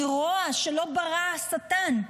מרוע שלא ברא השטן,